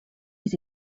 his